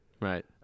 Right